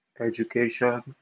education